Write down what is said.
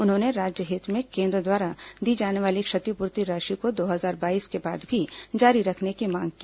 उन्होंने राज्य हित में केन्द्र द्वारा दी जाने वाली क्षतिपूर्ति राशि को दो हजार बाईस के बाद भी जारी रखने की मांग की